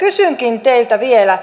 kysynkin teiltä vielä